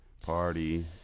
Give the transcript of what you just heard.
Party